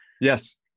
yes